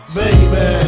baby